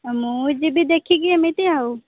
ମୁଁ ଯିବି ଦେଖିକି ଏମିତି ଆଉ